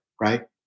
right